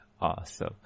Awesome